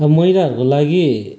अब महिलाहरूको लागि